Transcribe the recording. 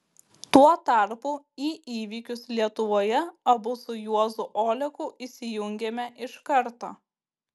tuo tarpu į įvykius lietuvoje abu su juozu oleku įsijungėme iš karto